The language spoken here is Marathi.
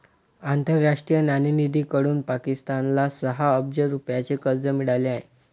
आंतरराष्ट्रीय नाणेनिधीकडून पाकिस्तानला सहा अब्ज रुपयांचे कर्ज मिळाले आहे